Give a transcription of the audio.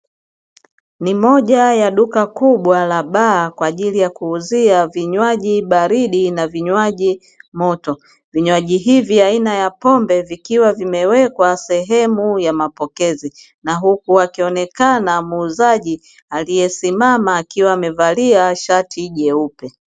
Ni moja ya duka kubwa la baa kwaajili ya kuuzia vinywaji baridi na vinywaji moto, vinywaji hivi aina ya pombe vikiwa vimewekwa sehemu ya mapokezi na huku akionekana muuzaji aliye simama akiwa amevalia shati jeupe